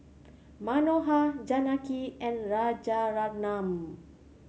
Manohar Janaki and Rajaratnam